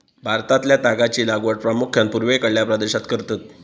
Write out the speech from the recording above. भारतातल्या तागाची लागवड प्रामुख्यान पूर्वेकडल्या प्रदेशात करतत